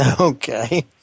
Okay